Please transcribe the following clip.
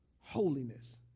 holiness